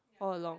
all along